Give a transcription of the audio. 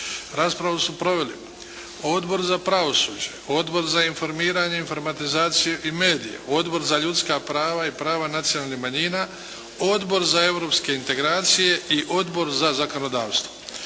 Raspravu su proveli Odbor za pravosuđe, Odbor za informiranje, informatizaciju i medije, Odbor za ljudska prava i prava nacionalnih manjina, Odbor za europske integracije i Odbor za zakonodavstvo.